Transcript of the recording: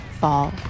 fall